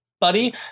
Buddy